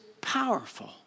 powerful